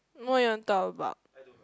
what you want talk about